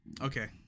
Okay